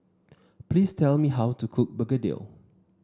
please tell me how to cook Begedil